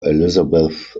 elizabeth